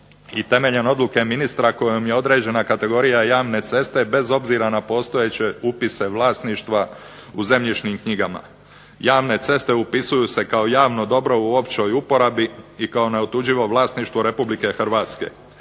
temeljem odluke ministra kojom je određena kategorija javne ceste bez obzira na postojeće upise vlasništva u zemljišnim knjigama. Javne ceste upisuju se kao javno dobro u općoj uporabi i kao neotuđivo vlasništvo RH.